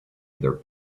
their